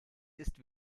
ist